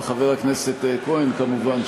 וחבר הכנסת כהן כמובן,